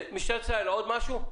משטרת ישראל, עוד משהו?